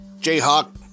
Jayhawk